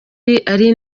ari